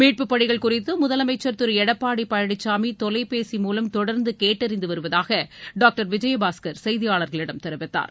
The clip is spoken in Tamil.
மீட்புப் பணிகள் குறித்து முதலமைச்சள் திரு எடப்பாடி பழனிசாமி தொலைபேசி மூலம் தொடா்ந்து டாக்டர் விஜயபாஸ்கர் செய்தியாளர்களிடம் தெரிவித்தார்